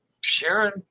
Sharon